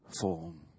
form